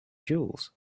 jewels